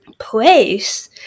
place